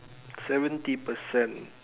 seventy percent